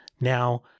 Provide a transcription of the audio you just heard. Now-